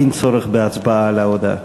אין צורך בהצבעה על ההודעה.